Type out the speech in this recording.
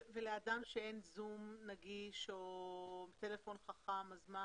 מה עושים במקרה של אדם שאין לו זום נגיש או טלפון חכם?